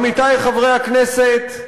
עמיתי חברי הכנסת,